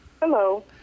Hello